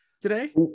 today